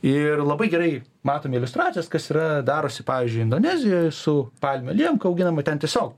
ir labai gerai matome iliustracijas kas yra darosi pavyzdžiui indonezijoj su palmių aliejum ku auginama ten tiesiog